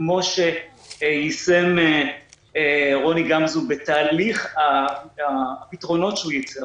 כמו שיישם רוני גמזו בתהליך הפתרונות שהוא ייצר,